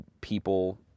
people